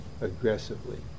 aggressively